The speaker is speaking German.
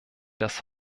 das